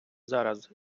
зараз